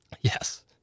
Yes